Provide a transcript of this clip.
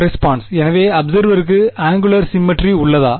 response எனவே அபிசேர்வருக்கு angular symmetry உள்ளதா